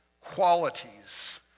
qualities